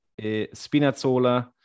Spinazzola